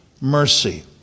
mercy